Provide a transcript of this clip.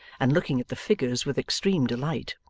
and looking at the figures with extreme delight.